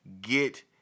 get